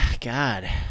God